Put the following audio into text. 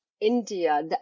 India